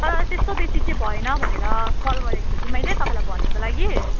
तर त्यस्तो बेसी चाहिँ भएन भनेर कल गरेको थिएँ कि मैले तपाईँलाई भन्नुको लागि